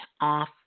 off